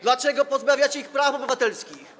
Dlaczego pozbawiacie ich praw obywatelskich?